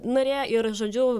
narė ir žodžiu